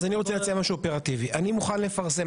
אז אני רוצה להציע משהו אופרטיבי: אני מוכן לפרסם